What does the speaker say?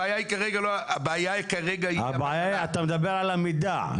אתה מדבר על המידע.